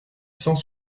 cent